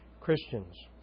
Christians